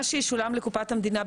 מה שישולם לקופת המדינה,